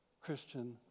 Christian